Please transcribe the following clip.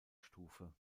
stufe